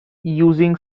using